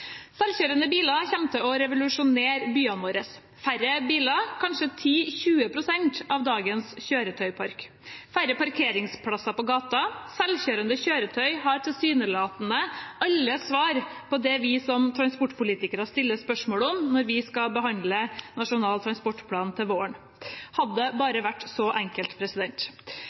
Selvkjørende biler kommer til å revolusjonere byene våre med færre biler, kanskje 10–20 pst. av dagens kjøretøypark og færre parkeringsplasser på gaten. Selvkjørende kjøretøy har tilsynelatende alle svar på det vi som transportpolitikere stiller spørsmål om når vi skal behandle Nasjonal transportplan til våren. Hadde det bare vært så enkelt!